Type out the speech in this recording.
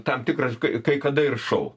tam tikras kai kada ir šou